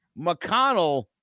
McConnell